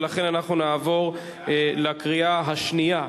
ולכן אנחנו נעבור לקריאה שנייה.